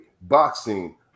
boxing